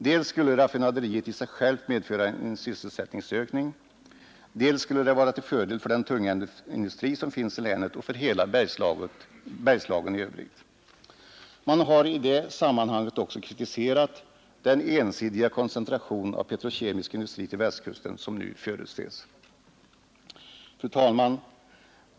Dels skulle raffinaderiet i sig självt medföra en sysselsättningsökning, dels skulle det vara till fördel för den unga industri som finns i länet och för hela Bergslagen i övrigt. Man har i det sammanhanget också kritiserat den ensidiga koncentration av petrokemisk industri till Västkusten som nu förutses. Fru talman!